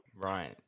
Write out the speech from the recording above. right